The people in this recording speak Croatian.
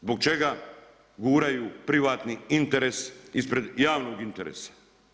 Zbog čega guraju privatni interes ispred javnog interesa?